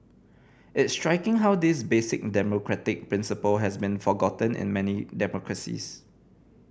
it's striking how this basic democratic principle has been forgotten in many democracies